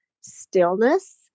stillness